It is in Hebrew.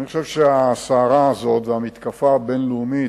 אני חושב שהסערה הזאת והמתקפה הבין-לאומית,